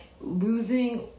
losing